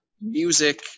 music